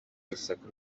urusaku